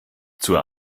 zur